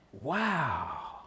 wow